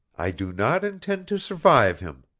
i do not intend to survive him.